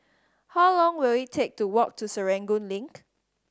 how long will it take to walk to Serangoon Link